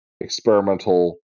experimental